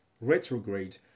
retrograde